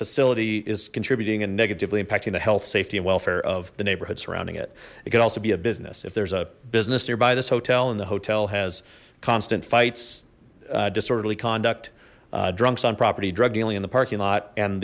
facility is contributing and negatively impacting the health safety and welfare of the neighborhood surrounding it it could also be a business if there's a business nearby this hotel and the hotel has constant fights disorderly conduct drunks on property drug dealing in the parking lot and